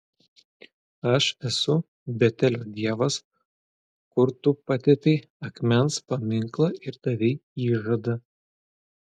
aš esu betelio dievas kur tu patepei akmens paminklą ir davei įžadą